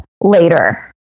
later